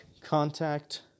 contact